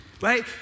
right